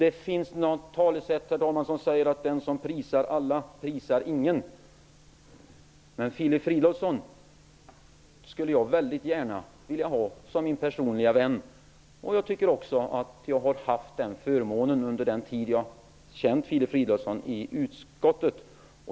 Enligt ett talesätt skulle den som prisar alla inte prisa någon, men jag skulle mycket gärna vilja ha Filip Fridolfsson som min personlige vän. Jag tycker också att jag har haft den förmånen under den tid som jag har känt honom i utskottet.